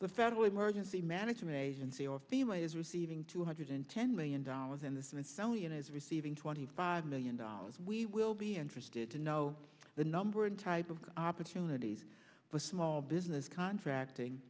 the federal emergency management agency or family is receiving two hundred ten million dollars in the smithsonian is receiving twenty five million dollars we will be interested to know the number and type of opportunities for small business contracting